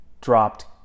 dropped